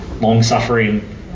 long-suffering